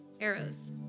arrows